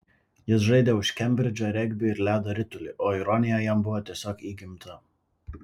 jis žaidė už kembridžą regbį ir ledo ritulį o ironija jam buvo tiesiog įgimta